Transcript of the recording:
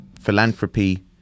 philanthropy